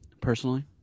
personally